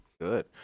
Good